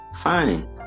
fine